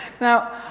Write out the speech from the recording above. Now